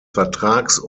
vertrags